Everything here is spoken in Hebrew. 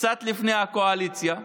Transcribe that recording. לפני הקואליציה.